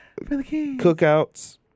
cookouts